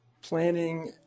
planning